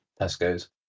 Tesco's